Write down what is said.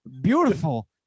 beautiful